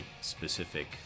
specific